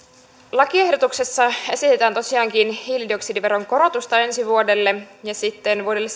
lakiehdotuksessa esitetään tosiaankin hiilidioksidiveron korotusta ensi vuodelle ja sitten vuodelle